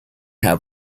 have